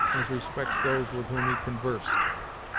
as respects those with whom he conversed.